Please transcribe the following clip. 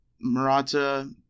Murata